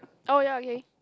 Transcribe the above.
oh ya okay